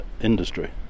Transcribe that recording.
industry